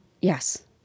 Yes